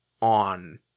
on